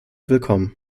willkommen